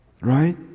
Right